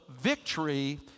victory